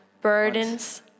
burdens